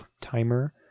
timer